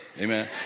Amen